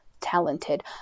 talented